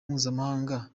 mpuzamahanga